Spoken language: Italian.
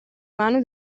mano